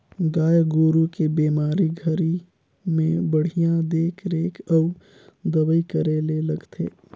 गाय गोरु के बेमारी घरी में बड़िहा देख रेख अउ दवई करे ले लगथे